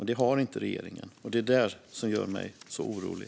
Det har inte regeringen. Det är det som gör mig orolig.